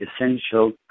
essential